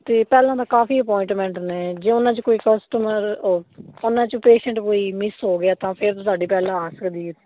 ਅਤੇ ਪਹਿਲਾਂ ਤਾਂ ਕਾਫੀ ਅਪੁਆਇੰਟਮੈਂਟ ਨੇ ਜੇ ਉਹਨਾਂ 'ਚ ਕੋਈ ਕਸਟਮਰ ਓ ਉਹਨਾਂ 'ਚ ਪੇਸ਼ੰਟ ਕੋਈ ਮਿਸ ਹੋ ਗਿਆ ਤਾਂ ਫਿਰ ਤਾਂ ਤੁਹਾਡੀ ਪਹਿਲਾਂ ਆ ਸਕਦੀ ਹੈ